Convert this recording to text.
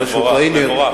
מטורף, מטורף.